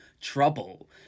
trouble